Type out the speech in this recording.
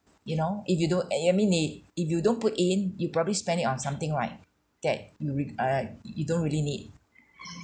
you know if you don't I mean i~ if you don't put in you'd probably spend it on something right that you know reg~ err you don't really need